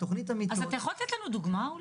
אתה יכול לתת לנו דוגמה?